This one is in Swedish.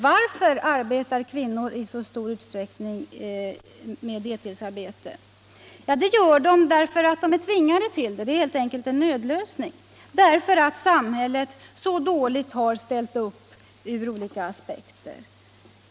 Varför har då kvinnor i så stor utsträckning deltidsarbete? Jo, de är helt enkelt tvingade till det. Deltidsarbetet är en nödlösning, därför att samhället har ställt upp så dåligt ur olika aspekter.